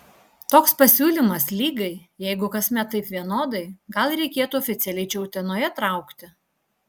toks pasiūlymas lygai jeigu kasmet taip vienodai gal reikėtų oficialiai čia utenoje traukti